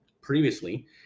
previously